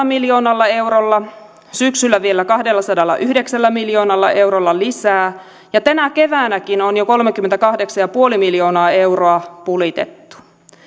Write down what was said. miljoonalla eurolla syksyllä vielä kahdellasadallayhdeksällä miljoonalla eurolla lisää ja tänä keväänäkin on jo kolmekymmentäkahdeksan pilkku viisi miljoonaa euroa pulitettu